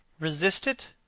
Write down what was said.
resist it,